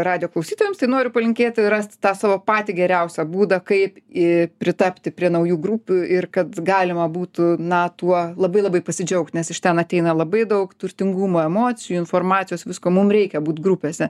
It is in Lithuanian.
radijo klausytojams tai noriu palinkėti rasti tą savo patį geriausią būdą kaip į pritapti prie naujų grupių ir kad galima būtų na tuo labai labai pasidžiaugt nes iš ten ateina labai daug turtingumo emocijų informacijos visko mum reikia būt grupėse